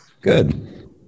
Good